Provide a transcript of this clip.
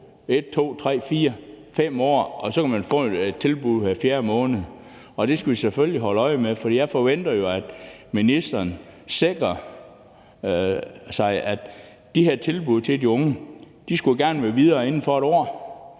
1, 2, 3, 4 og 5 år, hvor de kan få et tilbud hver fjerde måned. Det skal vi selvfølgelig holde øje med. Jeg forventer jo, at ministeren sikrer de her tilbud, for de unge skulle gerne være videre inden for et år.